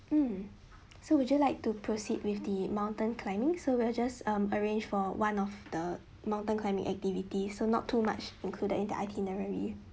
mm so would you like to proceed with the mountain climbing so we'll just um arrange for one of the mountain climbing activity so not too much included in the itinerary